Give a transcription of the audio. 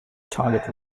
target